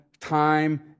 time